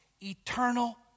eternal